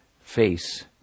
face